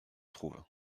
trouve